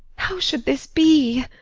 how should this be?